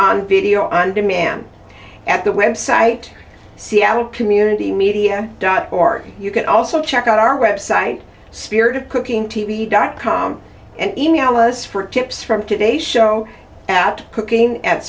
on video on demand at the website seattle community media dot org you can also check out our website spirit of cooking t v dot com and e mail us for tips from today's show at cooking at